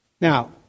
Now